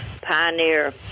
Pioneer